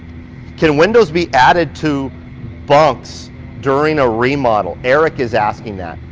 can windows be added to bunks during a remodel? eric is asking that.